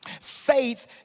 Faith